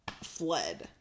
fled